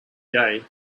gay